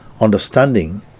understanding